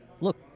look